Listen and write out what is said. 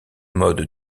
modes